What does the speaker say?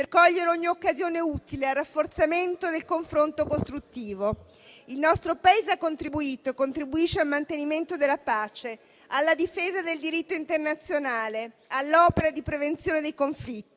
per cogliere ogni occasione utile al rafforzamento del confronto costruttivo. Il nostro Paese ha contribuito e contribuisce al mantenimento della pace, alla difesa del diritto internazionale, all'opera di prevenzione dei conflitti,